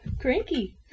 cranky